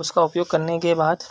उसका उपयोग करने के बाद